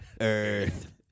Earth